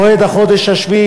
מועד החודש השביעי,